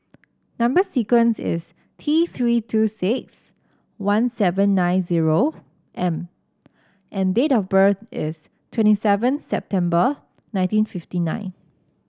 number sequence is T Three two six one seven nine zero M and date of birth is twenty seven September nineteen fifty nine